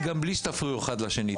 בואו תכבדו אחת את השנייה,